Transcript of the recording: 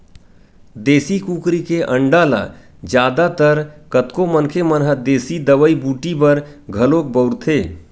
देसी कुकरी के अंडा ल जादा तर कतको मनखे मन ह देसी दवई बूटी बर घलोक बउरथे